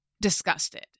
disgusted